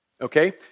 Okay